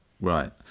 Right